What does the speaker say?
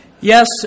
Yes